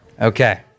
Okay